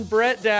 Brett